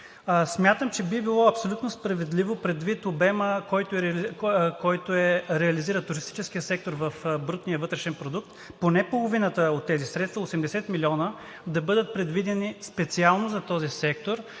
Смятам, че би било абсолютно справедливо, предвид обема, който реализира туристическият сектор в брутния вътрешен продукт, поне половината от тези средства – 80 милиона, да бъдат предвидени специално за този сектор,